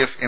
F M